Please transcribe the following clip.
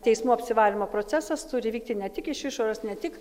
teismų apsivalymo procesas turi vykti ne tik iš išorės ne tik